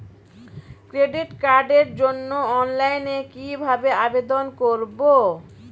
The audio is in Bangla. ক্রেডিট কার্ডের জন্য অনলাইনে কিভাবে আবেদন করব?